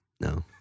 No